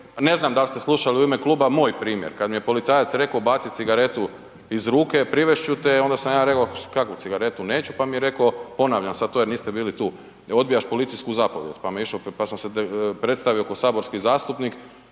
ne znam da li ste slušali u ime kluba moj primjer kada mi je policajac rekao baci cigaretu iz ruke privest ću te, onda sam ja rekao kakvu cigaretu, neću, pa mi je rekao, ponavljam sada to jer niste bili tu, odbijaš policijsku zapovijed, pa sam se predstavio kao saborski zastupnik,